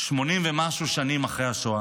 80 ומשהו שנים אחרי השואה,